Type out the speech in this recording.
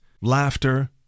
laughter